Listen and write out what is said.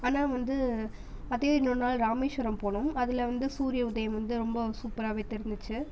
ஆனால் வந்து அதே இன்னொரு நாள் ராமேஸ்வரம் போனோம் அதில் வந்து சூரியன் உதயம் வந்து ரொம்ப சூப்பராக தெரிஞ்சிச்சு